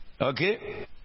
Okay